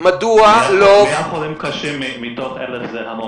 ---- 100 חולים קשים מתוך 1,000 זה המון,